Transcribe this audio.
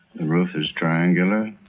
and roof is triangular